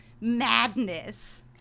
madness